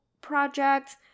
projects